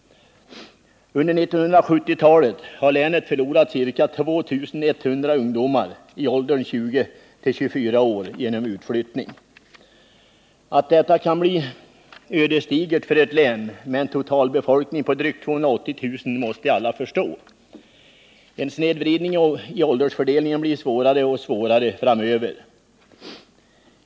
Under 1970-talet har länet förlorat ca 2 100 ungdomar i åldrarna 20-24 år genom utflyttning. Att detta kan bli ödesdigert för ett län med en total befolkning på drygt 280 000 måste alla förstå. En snedvridning i åldersfördelningen gör att det blir svårare och svårare framöver.